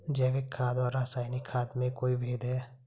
जैविक खाद और रासायनिक खाद में कोई भेद है?